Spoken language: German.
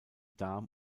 darm